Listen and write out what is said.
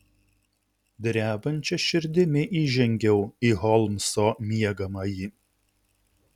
drebančia širdimi įžengiau į holmso miegamąjį